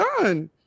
done